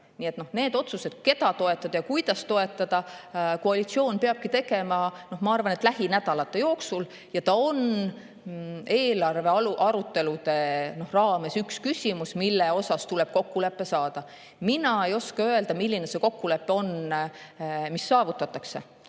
otsused, keda toetada ja kuidas toetada, peabki koalitsioon tegema, ma arvan, lähinädalate jooksul. See on eelarvearutelude raames üks küsimus, milles tuleb kokkulepe saada. Mina ei oska öelda, milline see kokkulepe on, mis saavutatakse,